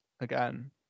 again